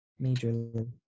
majorly